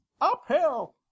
uphill